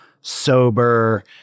sober